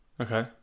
okay